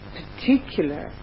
particular